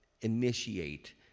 initiate